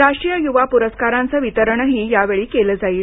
राष्ट्रीय युवा पुरस्कारांचं वितरणही या वेळी केलं जाईल